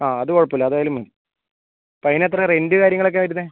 ആ അതുകുഴപ്പമില്ല അതായാലും മതി അതിനെത്ര റെന്റ് കാര്യങ്ങളൊക്കെ വരുന്നത്